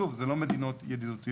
שוב, זה לא מדינות ידידותיות